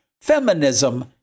feminism